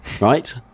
right